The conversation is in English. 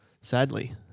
sadly